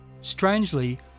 Strangely